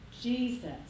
Jesus